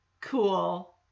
Cool